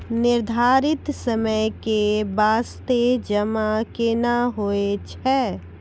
निर्धारित समय के बास्ते जमा केना होय छै?